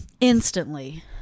instantly